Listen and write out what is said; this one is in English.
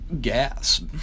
gas